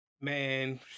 man